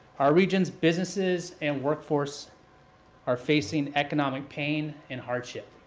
our region's businesses and workforce are facing economic pain and hardship.